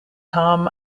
thom